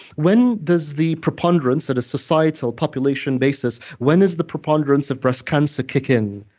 when does the preponderance at a societal, population basis, when is the preponderance of breast cancer kick in?